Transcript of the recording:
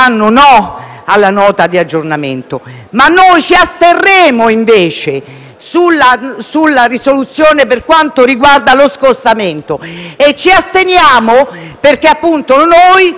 la Nota di aggiornamento, ma ci asterremo invece sulla risoluzione per quanto riguarda lo scostamento. Ci asterremo perché noi